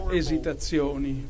esitazioni